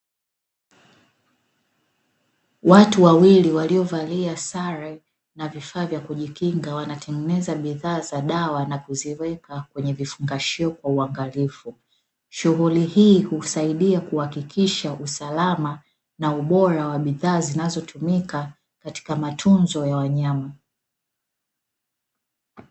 Watu wawili waliovalia sare na vifaa vya kujikinga wanatengeneza bidhaa za dawa na kuziweka kwenye vifungashio shughuli hii husaidia kuhakikisha usalama wa bidhaa zinazotumika katika matunzo ya wanyama